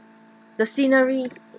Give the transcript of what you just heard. the scenery